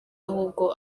ahubwo